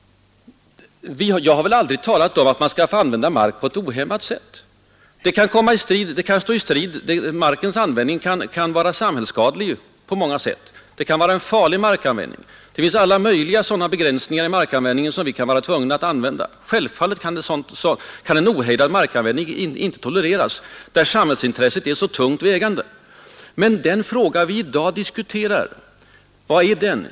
Jag har aldrig talat om att man skall få använda mark på ett ohämmat sätt. Markens användning kan vara skadlig på många sätt, och den kan vara farlig — det finns alla möjliga begränsningar i markanvändningen, som vi kan vara tvungna att tillgripa. Självfallet kan en ohejdad markanvändning inte tolereras, om viktiga samhällsintressen därmed skadas. Men vad är det för fråga vi diskuterar i dag?